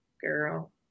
girl